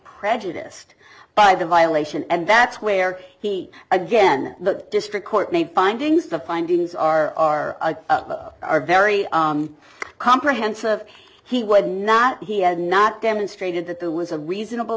prejudiced by the violation and that's where he again the district court made findings the findings are a very comprehensive he would not he had not demonstrated that there was a reasonable